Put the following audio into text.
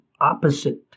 Opposite